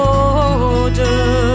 order